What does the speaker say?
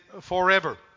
forever